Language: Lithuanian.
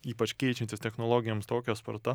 ypač keičiantis technologijoms tokia sparta